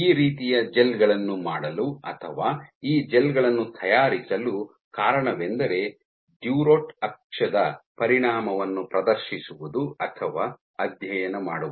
ಈ ರೀತಿಯ ಜೆಲ್ ಗಳನ್ನು ಮಾಡಲು ಅಥವಾ ಈ ಜೆಲ್ ಗಳನ್ನು ತಯಾರಿಸಲು ಕಾರಣವೆಂದರೆ ಡ್ಯುರೊಟ್ ಅಕ್ಷದ ಪರಿಣಾಮವನ್ನು ಪ್ರದರ್ಶಿಸುವುದು ಅಥವಾ ಅಧ್ಯಯನ ಮಾಡುವುದು